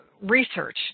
research